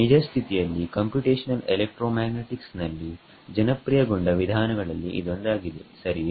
ನಿಜಸ್ಥಿತಿಯಲ್ಲಿಕಂಪ್ಯುಟೇಶನಲ್ electromagnetics ನಲ್ಲಿ ಜನಪ್ರಿಯಗೊಂಡ ವಿಧಾನಗಳಲ್ಲಿ ಇದೊಂದಾಗಿದೆ ಸರಿಯೇ